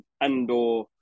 Andor